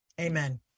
Amen